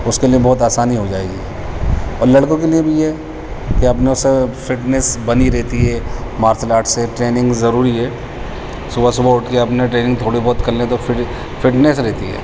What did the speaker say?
اس کے لیے بہت آسانی ہو جائے گی اور لڑکوں کے لیے بھی ہے کہ اپنے اسے فٹنس بنی رہتی ہے مارشل آرٹ سے ٹریننگ ضروری ہے صبح صبح اُٹھ كے اپنا ٹریننگ تھوڑی بہت کر لے تو پھر فٹنس رہتی ہے